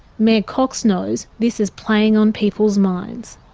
mayor cox knows this is playing on people's minds.